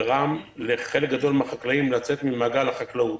שגרם לחלק גדול מן החקלאים לצאת ממעגל החקלאות.